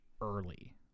early